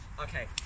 Okay